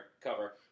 cover